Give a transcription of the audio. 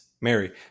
mary